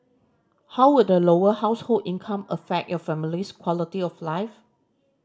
how would a lower household income affect your family's quality of life